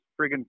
friggin